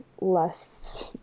less